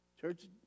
Church